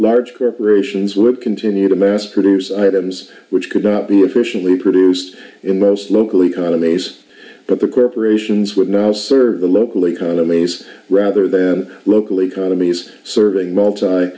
large corporations with continue to mass produce items which could not be efficiently produced in most local economies but the corporations would now serve the local economies rather than local economies serving multi